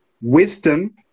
wisdom